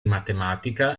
matematica